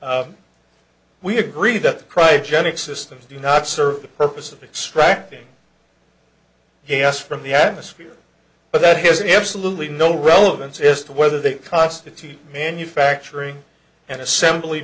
mark we agree that the cry genic systems do not serve the purpose of extracting gas from the atmosphere but that has an absolutely no relevance is to whether they constitute manufacturing and assembly